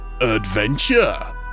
Adventure